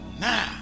Now